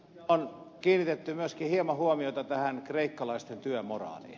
on kiinnitetty myöskin hieman huomiota tähän kreikkalaisten työmoraaliin